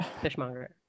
fishmonger